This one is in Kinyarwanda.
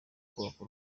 kubaka